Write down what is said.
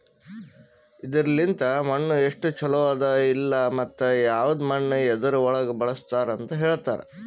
ಇದುರ್ ಲಿಂತ್ ಮಣ್ಣು ಎಸ್ಟು ಛಲೋ ಅದ ಇಲ್ಲಾ ಮತ್ತ ಯವದ್ ಮಣ್ಣ ಯದುರ್ ಒಳಗ್ ಬಳಸ್ತಾರ್ ಅಂತ್ ಹೇಳ್ತಾರ್